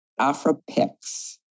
AfroPix